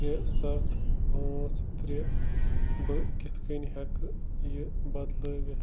ترٛےٚ سَتھ پانٛژھ ترٛےٚ بہٕ کِتھٕ کٔنۍ ہٮ۪کہٕ یہِ بدلٲوِتھ